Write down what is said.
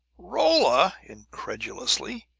rolla! incredulously.